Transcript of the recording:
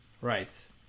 Right